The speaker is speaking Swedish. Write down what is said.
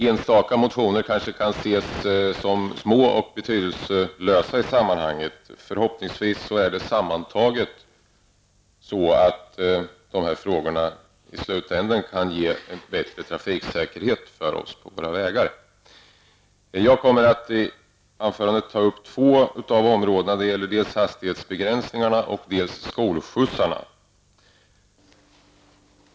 Enstaka motioner kanske kan ses som små och betydelselösa i sammanhanget, men förhoppningsvis kan de här frågorna i slutändan ge en bättre trafiksäkerhet på våra vägar. Jag kommer att i mitt anförande ta upp två av dessa områden. Det gäller dels hastighetsbegränsningarna, dels skolskjutsarna.